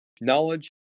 knowledge